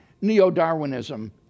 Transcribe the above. neo-Darwinism